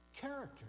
Character